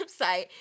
website